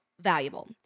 valuable